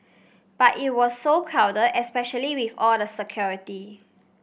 but it was so crowded especially with all the security